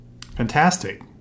Fantastic